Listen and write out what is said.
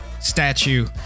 Statue